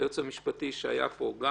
היועץ המשפטי שהיה פה גם